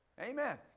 Amen